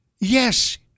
Yes